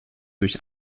durch